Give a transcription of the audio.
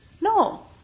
No